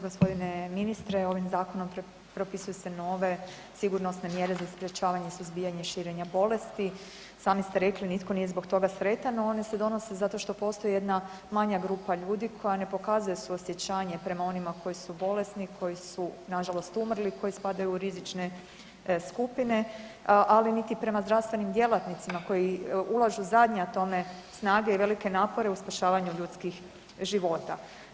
Gospodine ministre ovim zakonom propisuju se nove sigurnosne mjere za sprječavanje suzbijanja i širenja bolesti, sami ste rekli nitko nije zbog toga sretan, no one se donose zato što postoji jedna manja grupa ljudi koja ne pokazuje suosjećanje prema onima koji su bolesni, koji su nažalost umrli, koji spadaju u rizične skupine, ali niti prema zdravstvenim djelatnicima koji ulažu zadnje atome snage i velike napore u spašavanju ljudskih života.